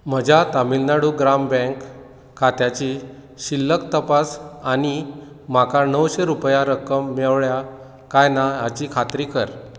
म्हज्या तामिळनाडू ग्राम बँक खात्याची शिल्लक तपास आनी म्हाका णवशे रुपया रक्कम मेवळ्या कांय ना हाची खात्री कर